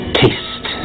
taste